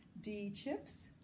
D-Chips